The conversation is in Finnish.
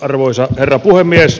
arvoisa herra puhemies